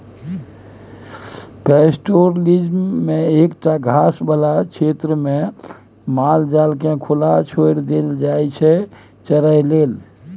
pastoralism मे एकटा घास बला क्षेत्रमे माल जालकेँ खुला छोरि देल जाइ छै चरय लेल